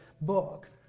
book